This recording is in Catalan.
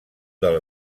del